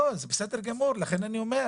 לא, זה בסדר גמור, לכן אני אומר.